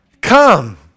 come